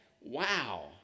Wow